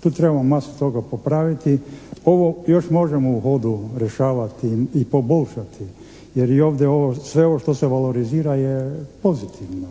tu trebamo masu toga popraviti. Ovo još možemo u hodu rješavati i poboljšati jer i ovdje sve ovo što se valorizira je pozitivno